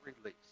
release